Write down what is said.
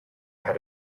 how